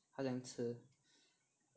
ka xiang 吃